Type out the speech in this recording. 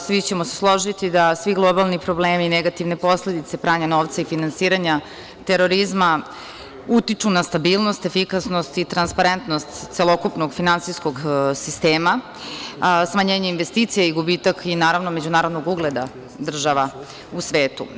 Svi ćemo se složiti da svi globalni problemi i negativne posledice pranja novca i finansiranja terorizma utiču na stabilnost, efikasnost i transparentnost celokupnog finansijskog sistema smanjenjem investicija i gubitak međunarodnog ugleda država u svetu.